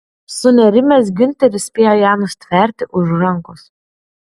sunerimęs giunteris spėjo ją nustverti už rankos